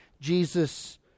Jesus